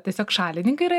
tiesiog šalininkai yra